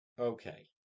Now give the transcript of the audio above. Okay